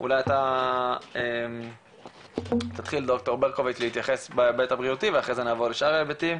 אולי אתה תתחיל להתייחס להיבט הבריאותי ואחרי זה נעבור לשאר ההיבטים,